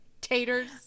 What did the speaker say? taters